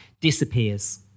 disappears